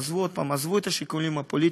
עזבו את השיקולים הפוליטיים.